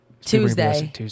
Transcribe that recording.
Tuesday